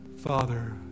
Father